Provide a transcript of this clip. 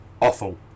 Awful